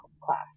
class